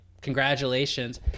congratulations